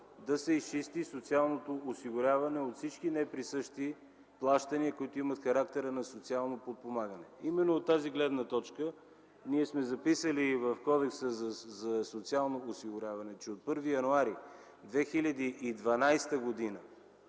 да се изчисти социалното осигуряване от всички неприсъщи плащания, които имат характера на социално подпомагане. Именно от тази гледна точка ние сме записали в Кодекса за социално осигуряване, че от 1 януари 2012 г.